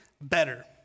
better